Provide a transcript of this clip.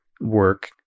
work